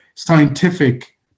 scientific